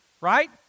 Right